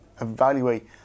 evaluate